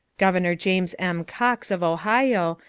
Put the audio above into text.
governor james m. cox, of ohio,